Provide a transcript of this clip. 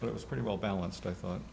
but it was pretty well balanced i thought